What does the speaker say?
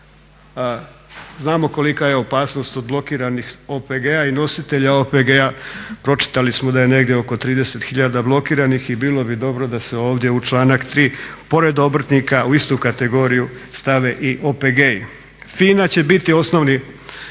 Znamo kolika je opasnost od blokiranih OPG-a i nositelja OPG-a. Pročitali smo da je negdje oko 30 tisuća blokiranih i bilo bi dobro da se ovdje u članak 3. pored obrtnika u istu kategoriju stave i OPG-i. FINA će biti osnovni